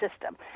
system